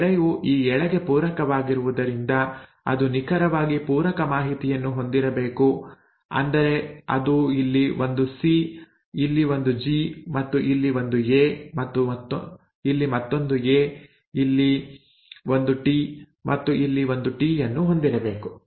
ಈ ಎಳೆಯು ಈ ಎಳೆಗೆ ಪೂರಕವಾಗಿರುವುದರಿಂದ ಅದು ನಿಖರವಾಗಿ ಪೂರಕ ಮಾಹಿತಿಯನ್ನು ಹೊಂದಿರಬೇಕು ಅಂದರೆ ಅದು ಇಲ್ಲಿ ಒಂದು ಸಿ ಇಲ್ಲಿ ಒಂದು ಜಿ ಮತ್ತು ಇಲ್ಲಿ ಒಂದು ಎ ಇಲ್ಲಿ ಮತ್ತೊಂದು ಎ ಇಲ್ಲಿ ಒಂದು ಟಿ ಮತ್ತು ಇಲ್ಲಿ ಒಂದು ಟಿ ಅನ್ನು ಹೊಂದಿರಬೇಕು